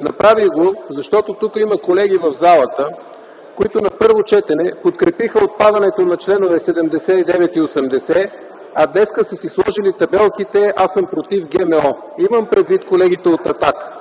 Направих го, защото тук в залата има колеги, които на първо четене подкрепиха отпадането на чл. 79 и 80, а днес са си сложили табелки „Аз съм против ГМО”. Имам предвид колегите от „Атака”.